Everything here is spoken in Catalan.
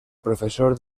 professor